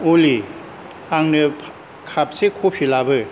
अलि आंनो कापसे कफि लाबो